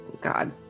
God